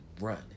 run